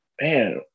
Man